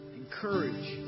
encourage